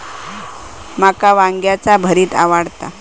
माका वांग्याचे भरीत आवडता